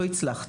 לא הצלחתי.